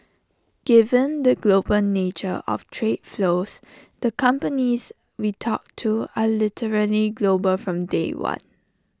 given the global nature of trade flows the companies we talk to are literally global from day one